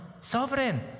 Sovereign